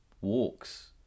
walks